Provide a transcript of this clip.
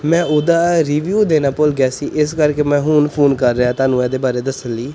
ਮੈਂ ਉਹਦਾ ਰਿਵਿਊ ਦੇਣਾ ਭੁੱਲ ਗਿਆ ਸੀ ਇਸ ਕਰਕੇ ਮੈਂ ਹੁਣ ਫੋਨ ਕਰ ਰਿਹਾ ਤੁਹਾਨੂੰ ਇਹਦੇ ਬਾਰੇ ਦੱਸਣ ਲਈ